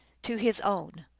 to his own.